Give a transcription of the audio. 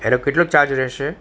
એનો કેટલો ચાર્જ રહેશે